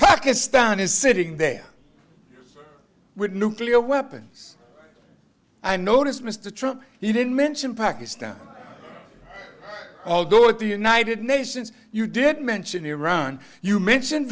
pakistan is sitting there with nuclear weapons i notice mr trump you didn't mention pakistan although at the united nations you did mention iran you mention